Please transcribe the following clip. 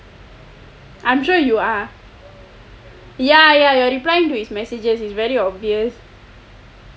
I'm sure you are you are replying to his messages is very obvious